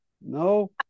no